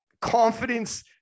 Confidence